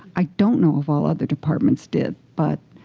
i don't know if all other departments did. but